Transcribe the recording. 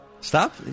Stop